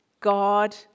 God